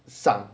上